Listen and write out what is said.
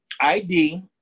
ID